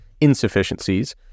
insufficiencies